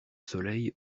soleil